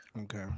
Okay